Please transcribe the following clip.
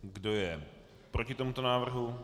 Kdo je proti tomuto návrhu?